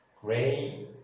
Gray